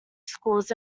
schools